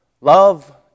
Love